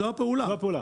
זאת הפעולה.